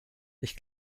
ich